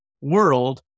world